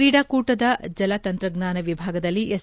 ಕ್ರೀಡಾಕೂಟದ ಜಲತಂತ್ರಜ್ಞಾನ ವಿಭಾಗದಲ್ಲಿ ಎಸ್